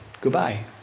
goodbye